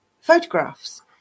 photographs